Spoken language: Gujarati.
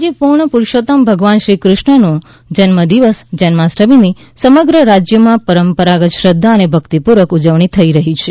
આજે પૂર્ણ પુરૂષોત્તમ ભગવાન શ્રીક઼ષ્ણનો જન્મદિવસ જન્માષ્ટમીની સમગ્ર રાજ્યમાં પરંપરાગત શ્રદ્ધા અને ભક્તિપૂર્વક ઉજવણી થઈ રહી છે